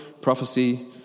prophecy